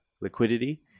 liquidity